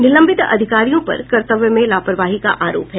निलंबित अधिकारियों पर कर्तव्य में लापरवाही का आरोप है